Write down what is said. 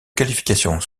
qualifications